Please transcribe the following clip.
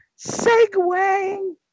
segue